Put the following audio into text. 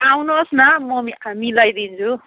आउनुहोस् न म मिआ मिलाइदिन्छु